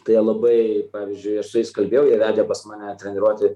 tai jie labai pavyzdžiui aš su jais kalbėjau jie vedė pas mane treniruotę